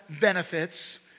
benefits